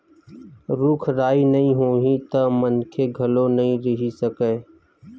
रूख राई नइ होही त मनखे घलोक नइ रहि सकय